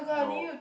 no